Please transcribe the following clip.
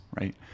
right